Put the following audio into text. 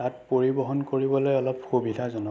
তাত পৰিবহণ কৰিবলৈ অলপ সুবিধাজনক